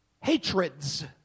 Hatreds